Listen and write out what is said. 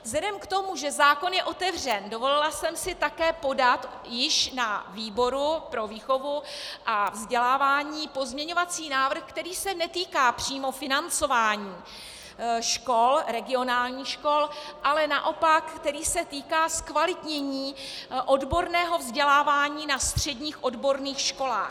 Vzhledem k tomu, že zákon je otevřen, dovolila jsem si také podat již na výboru pro výchovu a vzdělávání pozměňovací návrh, který se netýká přímo financování škol, regionálních škol, ale naopak který se týká zkvalitnění odborného vzdělávání na středních odborných školách.